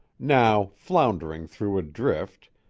now floundering through a drift,